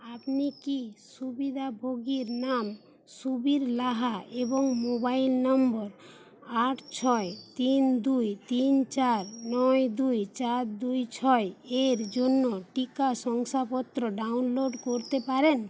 আপনি কি সুবিধাভোগীর নাম সুবীর লাহা এবং মোবাইল নম্বর আট ছয় তিন দুই তিন চার নয় দুই চার দুই ছয় এর জন্য টিকা শংসাপত্র ডাউনলোড করতে পারেন